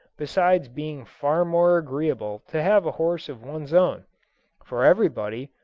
besides being far more agreeable to have a horse of one's own for everybody,